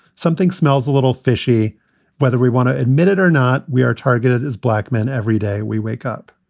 something smells a little fishy whether we want to admit it or not. we are targeted as black men. every day we wake up.